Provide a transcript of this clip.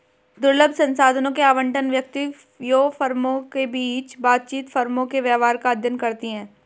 दुर्लभ संसाधनों के आवंटन, व्यक्तियों, फर्मों के बीच बातचीत, फर्मों के व्यवहार का अध्ययन करती है